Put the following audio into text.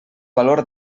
valor